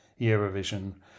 Eurovision